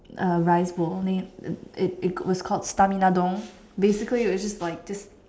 uh rice bowl named it it was called stamina Don basically it was just like just